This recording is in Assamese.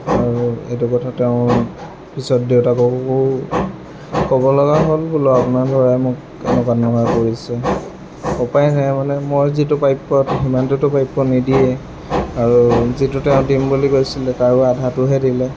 আৰু এইটো কথা তেওঁ পিছত দেউতাককো ক'ব লগা হ'ল বোলো আপোনাৰ ল'ৰাই মোক এনেকুৱা তেনেকুৱা কৰিছে উপায় নাই মানে মই যিটো প্ৰাপ্য সিমানটোতো প্ৰাপ্য নিদিয়েই আৰু যিটো তেওঁ দিম বুলি কৈছিলে তাৰো আধাটোহে দিলে